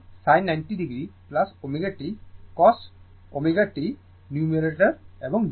তো পাওয়ার বৈচিত্র্য আবার দ্বিগুণ ফ্রিকোয়েন্সি হবে কারণ এটি আসলে ডাবল ফ্রিকোয়েন্সি 2 ω এবং 0 কারণ সেখানে কোনও রেজিস্টর নেই